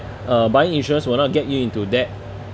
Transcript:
uh buying insurance will not get you into debt